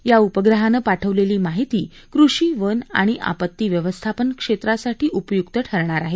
या उपग्रहानं पाठवलेली माहिती कृषी वन आणि आपत्तीव्यवस्थापन क्षेत्रासाठी उपयुक्त ठरणार आहे